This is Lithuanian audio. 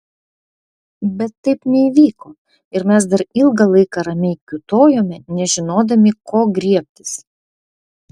bet taip neįvyko ir mes dar ilgą laiką ramiai kiūtojome nežinodami ko griebtis